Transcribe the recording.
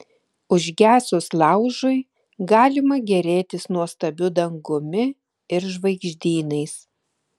užgesus laužui galima gėrėtis nuostabiu dangumi ir žvaigždynais